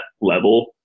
level